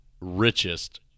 richest